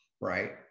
right